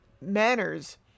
manners